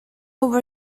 over